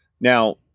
now